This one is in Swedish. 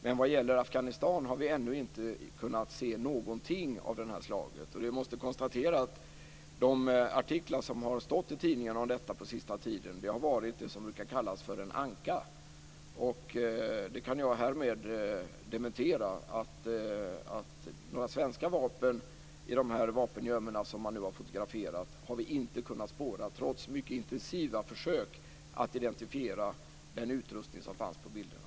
Men vad gäller Afghanistan har vi ännu inte kunnat se någonting av detta slag. Vi måste konstatera att det som har stått i tidningarna på senaste tiden har varit vad som brukar kallas för en anka. Jag kan härmed dementera det som skrivits. Några svenska vapen i de vapengömmor som man nu har fotograferat har vi inte kunnat spåra, trots mycket intensiva försök att identifiera den utrustning som finns på bilderna.